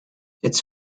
its